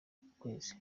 ukwezi